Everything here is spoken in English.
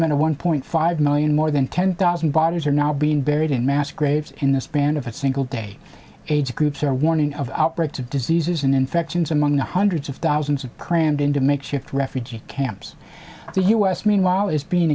of one point five million more than ten thousand bodies are now being buried in mass graves in the span of a single day age groups are warning of outbreak to diseases and infections among the hundreds of thousands of crammed into makeshift refugee camps the u s meanwhile is being